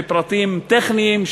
בפרטים טכניים,